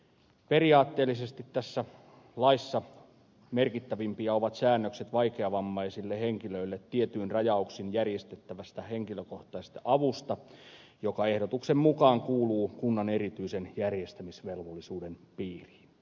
periaatteellisesti tässä laissa merkittävimpiä ovat säännökset vaikeavammaisille henkilöille tietyin rajauksin järjestettävästä henkilökohtaisesta avusta joka ehdotuksen mukaan kuuluu kunnan erityisen järjestämisvelvollisuuden piiriin